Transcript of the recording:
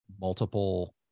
multiple